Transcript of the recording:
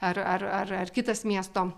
ar ar ar ar kitas miesto